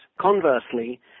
Conversely